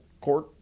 court